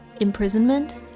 imprisonment